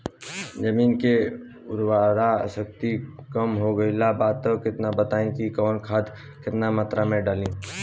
जमीन के उर्वारा शक्ति कम हो गेल बा तऽ बताईं कि कवन खाद केतना मत्रा में डालि?